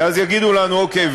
כי אז יגידו לנו: אוקיי,